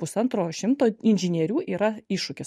pusantro šimto inžinierių yra iššūkis